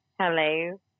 Hello